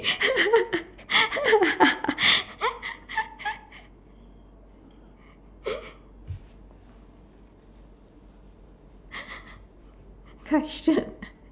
question